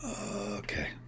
Okay